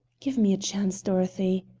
give me a chance, dorothy.